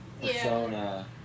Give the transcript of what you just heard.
persona